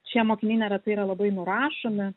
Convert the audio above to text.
šie mokiniai neretai yra labai nurašomi